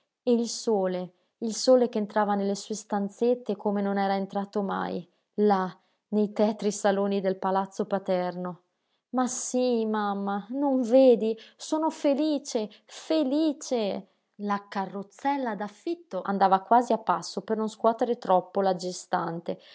e il sole il sole ch'entrava nelle sue stanzette come non era entrato mai là nei tetri saloni del palazzo paterno ma sí mamma non vedi sono felice felice la carrozzella d'affitto andava quasi a passo per non scuotere troppo la gestante